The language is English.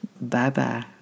Bye-bye